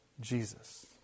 Jesus